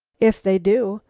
if they do.